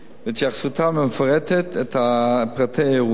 והתייחסותם המפרטת את פרטי האירוע: